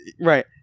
Right